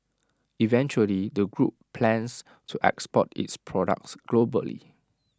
eventually the group plans to export its products globally